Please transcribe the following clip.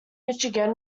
michigan